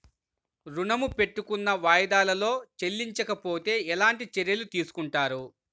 ఋణము పెట్టుకున్న వాయిదాలలో చెల్లించకపోతే ఎలాంటి చర్యలు తీసుకుంటారు?